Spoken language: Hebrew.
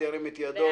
ירים את ידו.